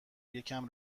یکم